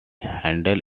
handled